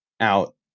out